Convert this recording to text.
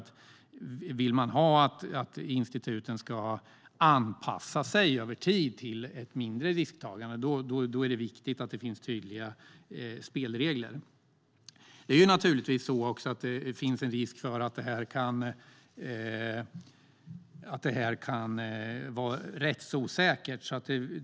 Om man vill att instituten ska anpassa sig över tid till ett mindre risktagande är det viktigt att det finns tydliga spelregler. Det finns naturligtvis också en risk för att det kan vara rättsosäkert.